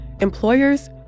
employers